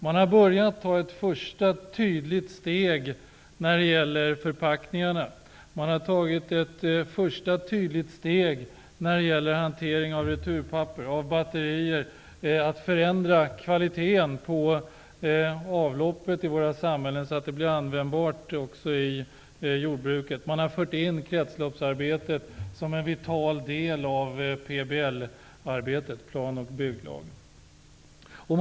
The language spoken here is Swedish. Man har tagit ett första tydligt steg när det gäller förpackningarna, hanteringen av returpapper och batterier och när det gäller att förändra kvaliteten på avloppen i våra samhällen så att avloppsslam blir användbart i jordbruket. Man har fört in kretsloppsarbete som en vital del av plan och bygglagsarbetet.